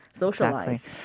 Socialize